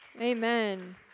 Amen